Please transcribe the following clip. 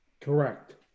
Correct